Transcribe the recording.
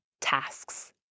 tasks